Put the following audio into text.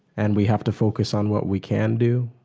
and we have to focus on what we can do.